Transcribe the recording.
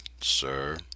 sir